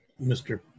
Mr